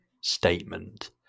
statement